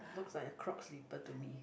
looks like a Croc slipper to me